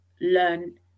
learn